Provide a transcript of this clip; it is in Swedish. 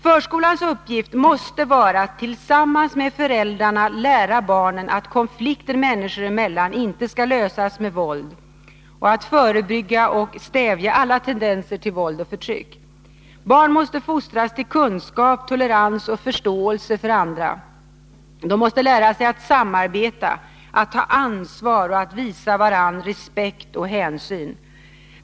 Förskolans uppgift måste vara att, tillsammans med föräldrarna, lära barnen att konflikter människor emellan inte skall lösas med våld och att förebygga och stävja alla tendenser till våld och förtryck. Barn måste fostras till kunskap, tolerans och förståelse för andra. De måste lära sig att samarbeta, att ta ansvar och att visa varandra respekt och hänsyn.